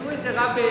ימצאו איזה רב,